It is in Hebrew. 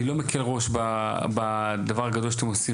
אני לא מקל ראש בדבר הגדול שאתם עושים,